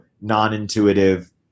non-intuitive